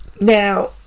Now